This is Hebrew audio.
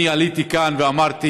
אני עליתי כאן ואמרתי